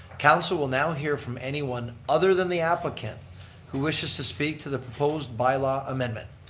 council will now hear from anyone other than the applicant who wishes to speak to the proposed bylaw amendment.